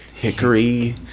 Hickory